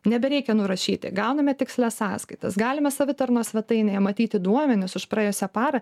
nebereikia nurašyti gauname tikslias sąskaitas galime savitarnos svetainėje matyti duomenis už praėjusią parą